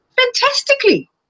fantastically